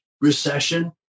recession